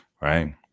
Right